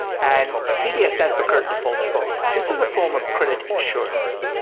and cds stands for credit default swaps. this was a form of credit insurance.